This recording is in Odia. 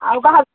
ଆଉ କାହା